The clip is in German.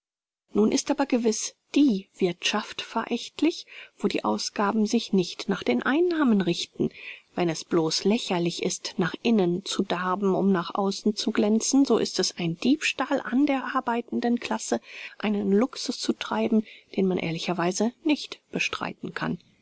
nun ist aber gewiß die wirthschaft verächtlich wo die ausgaben sich nicht nach den einnahmen richten wenn es bloß lächerlich ist nach innen zu darben um nach außen zu glänzen so ist es ein diebstahl an der arbeitenden klasse einen luxus zu treiben den man ehrlicherweise nicht bestreiten kann